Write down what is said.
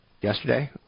yesterday